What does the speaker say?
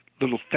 little